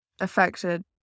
affected